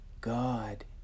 God